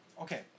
okay